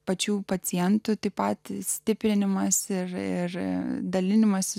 pačių pacientų taip pat stiprinimąsi ir dalinimąsi